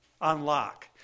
unlock